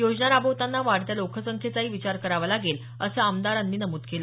योजना राबवताना वाढत्या लोकसंख्येचाही विचार करावा लागेल असं आमदार त्यांनी नमूद केलं